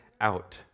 out